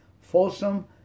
Folsom